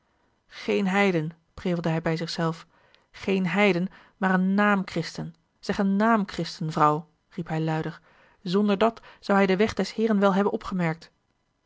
geen heiden prevelde hij bij zich zelf geen heiden maar een naam christen zeg een naam christen vrouw riep hij luider zonderdat zou hij den weg des heeren wel hebben opgemerkt